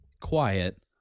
quiet